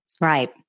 Right